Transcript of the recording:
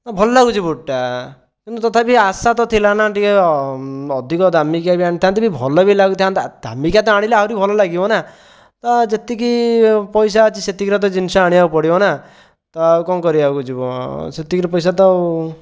ଭଲ ଲାଗୁଛି ବୁଟ୍ଟା କିନ୍ତୁ ତଥାପି ଆଶା ତ ଥିଲାନା ଟିକେ ଅଧିକ ଦାମୀକିଆ ବି ଆଣିଥାନ୍ତି ଭଲ ବି ଲାଗିଥାନ୍ତା ଦାମୀକିଆ ତ ଆଣିଲେ ଭଲ ତ ଲାଗିବନା ଯେତିକି ପଇସା ଅଛି ସେତିକିରେ ତ ଜିନିଷ ଆଣିବାକୁ ପଡ଼ିବନା ତ ଆଉ କ'ଣ କରିବାକୁ ଯିବ ସେତିକିର ପଇସା ତ ଆଉ